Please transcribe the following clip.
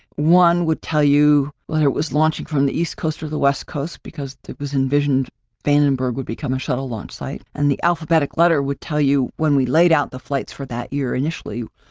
one would tell you whether it was launching from the east coast or the west coast because it was envisioned vandenberg would become a shuttle launch site. and the alphabetic letter would tell you when we laid out the flights for that year initially,